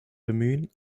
bemühen